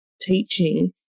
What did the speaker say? teaching